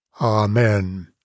Amen